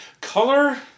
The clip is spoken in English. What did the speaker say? Color